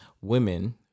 women